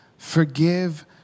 Forgive